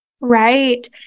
Right